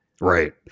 Right